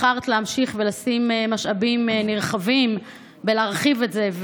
בחרת לתת משאבים נרחבים ולהמשיך להרחיב את זה,